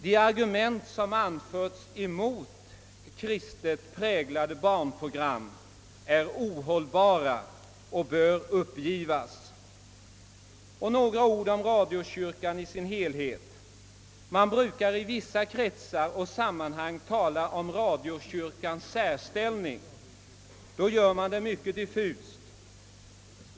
De argument som anförts mot kristet präglade barnprogram är ohållbara och bör uppgivas. Man brukar i vissa kretsar och sammanhang tala om radiokyrkans särställning. Då gör man det mycket diffust.